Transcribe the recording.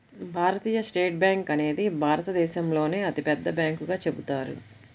భారతీయ state bank అనేది భారతదేశంలోనే అతిపెద్ద బ్యాంకుగా చెబుతారు